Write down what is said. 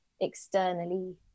externally